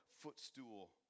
footstool